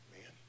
man